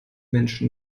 menschen